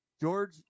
George